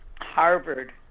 Harvard